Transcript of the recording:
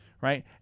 right